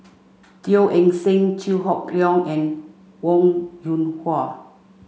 Teo Eng Seng Chew Hock Leong and Wong Yoon Wah